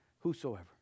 Whosoever